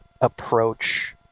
approach